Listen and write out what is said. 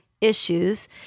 issues